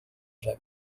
شوی